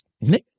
Nick